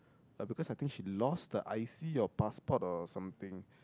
but because I think she lost her i_c or her passport or something